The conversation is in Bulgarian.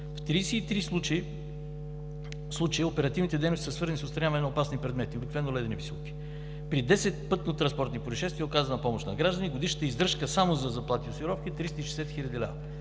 в 33 случая оперативните дейности са свързани с отстраняване на опасни предмети – обикновено ледени висулки; при 10 пътно-транспортни произшествия е оказана помощ на граждани. Годишната издръжка само за заплати и осигуровки е 360 хиляди лева.